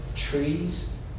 Trees